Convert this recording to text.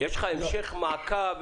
יש לכם המשך מעקב,